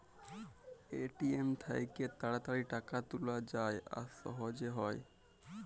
ATM থ্যাইকে তাড়াতাড়ি টাকা তুলা যায় আর সহজে হ্যয়